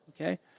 okay